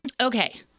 Okay